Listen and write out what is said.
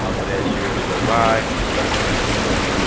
um but as years go by we will collect more.